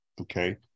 okay